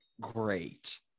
great